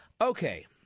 Okay